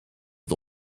het